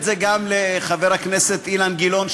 גם לחבר הכנסת אילן גילאון,